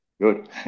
good